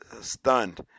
stunned